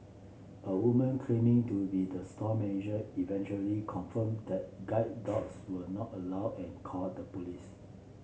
a woman claiming to be the store manager eventually confirmed that guide dogs were not allowed and called the police